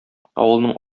авылның